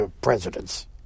presidents